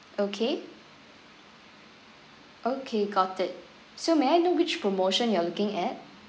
okay okay got it so may I know which promotion you are looking at